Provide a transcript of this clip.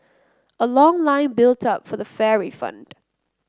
a long line built up for the fare refund